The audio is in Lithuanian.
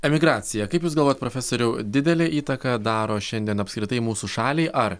emigracija kaip jūs galvojat profesoriau didelę įtaką daro šiandien apskritai mūsų šaliai ar